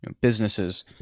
businesses